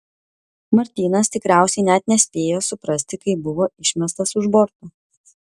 martynas tikriausiai net nespėjo suprasti kai buvo išmestas už borto